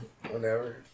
Whenever